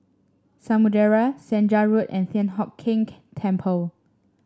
Samudera Senja Road and Thian Hock Keng Temple